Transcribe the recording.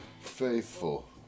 faithful